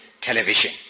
television